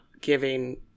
giving